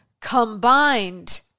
combined